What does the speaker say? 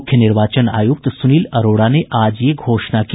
मुख्य निर्वाचन आयुक्त सुनील अरोड़ा ने आज यह घोषणा की